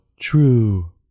true